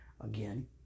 Again